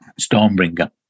Stormbringer